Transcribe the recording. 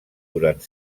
durant